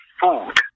food